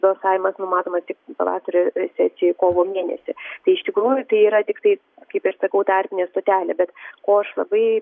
balsavimas numatomas tik pavasario sesijoj kovo mėnesį tai iš tikrųjų tai yra tiktai kaip ir sakau tarpinė stotelė bet ko aš labai